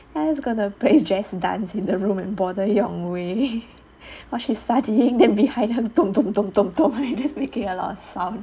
I just gonna play just dance in the room and bother yong wei while she studying then behind her just making a lot of sound